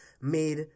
made